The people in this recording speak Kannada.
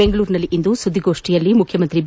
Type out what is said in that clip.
ಬೆಂಗಳೂರಿನಲ್ಲಿಂದು ಸುದ್ದಿಗೋಷ್ಠಿಯಲ್ಲಿ ಮುಖ್ಯಮಂತ್ರಿ ಬಿ